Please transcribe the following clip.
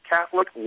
Catholic